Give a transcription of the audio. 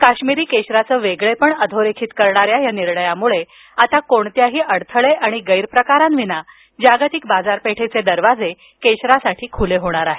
काश्मिरी केशराचं वेगळेपण अधोरेखित करणाऱ्या या निर्णयामुळे आता कोणत्याही अडथळे आणि गैरप्रकारांविना जागतिक बाजारपेठेचे दरवाजे केशरासाठी खुले होणार आहेत